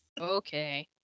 Okay